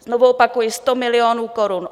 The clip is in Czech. Znovu opakuji, 100 milionů korun.